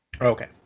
Okay